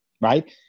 right